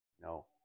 No